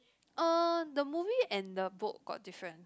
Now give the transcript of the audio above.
uh the movie and the book got different